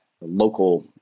local